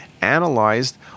analyzed